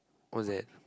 what's that